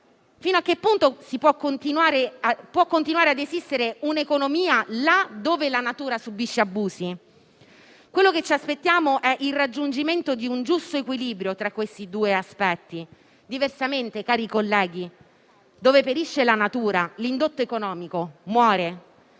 fino a che punto possa continuare ad esistere un'economia là dove la natura subisce abusi. Quello che ci aspettiamo è il raggiungimento di un giusto equilibrio tra questi due aspetti; diversamente, cari colleghi, dove perisce la natura l'indotto economico muore.